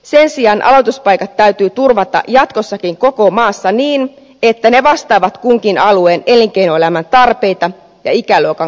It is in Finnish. sen sijaan aloituspaikat täytyy turvata jatkossakin koko maassa niin että ne vastaavat kunkin alueen elinkeinoelämän tarpeita ja ikäluokan kokoa